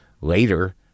later